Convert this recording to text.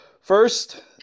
First